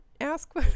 ask